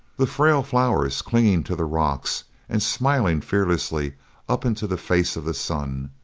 the frail flowers, clinging to the rocks and smiling fearlessly up into the face of the sun,